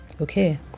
Okay